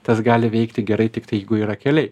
tas gali veikti gerai tiktai jeigu yra keliai